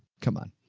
come on,